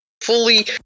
fully